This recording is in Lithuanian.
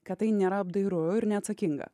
kad tai nėra apdairu ir neatsakinga